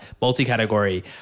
multi-category